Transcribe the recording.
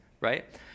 right